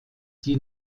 die